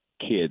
kids